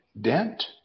Dent